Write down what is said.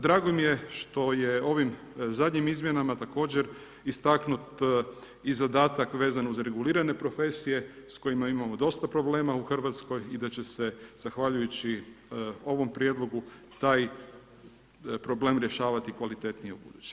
Drago mi je što je ovim izmjenama također istaknut i zadatak vezan uz regulirane profesije s kojima imamo dosta problema u Hrvatskoj i da će se zahvaljujući ovom prijedlogu taj problem rješavati kvalitetnije ubuduće.